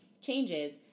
changes